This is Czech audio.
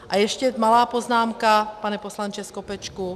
A ještě malá poznámka, pane poslanče Skopečku.